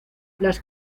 las